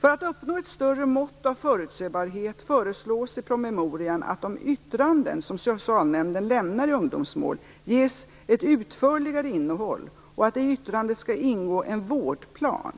För att uppnå ett större mått av förutsebarhet föreslås i promemorian att de yttranden som socialnämnden lämnar i ungdomsmål ges ett utförligare innehåll och att det i yttrandet skall ingå en vårdplan.